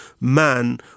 man